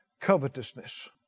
covetousness